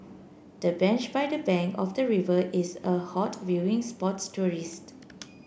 the bench by the bank of the river is a hot viewing spots tourist